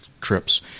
trips